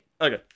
Okay